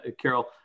Carol